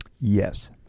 yes